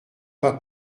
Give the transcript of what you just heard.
pas